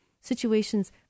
situations